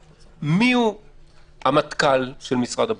מיהו המטכ"ל של משרד הבריאות?